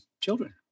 children